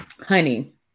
honey